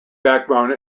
backbone